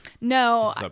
no